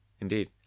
Indeed